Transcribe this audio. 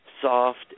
soft